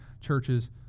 churches